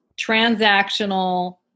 transactional